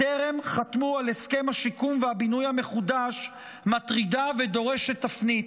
טרם חתמו על הסכם השיקום והבינוי המחודש מטרידה ודורשת תפנית.